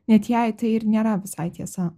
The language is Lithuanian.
net jei tai ir nėra visai tiesa